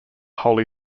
holy